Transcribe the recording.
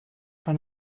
but